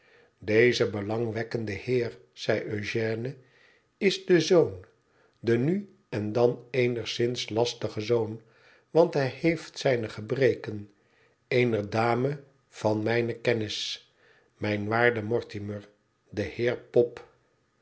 deze belangwekkende heer zei eugène is de zoon de nu en dan eenigszins lastige zoon want hij heeft zijne gebreken eener dame van mijne kennis mijn waarde mortimer de heer pop